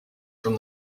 from